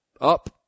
up